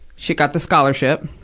she got the scholarship,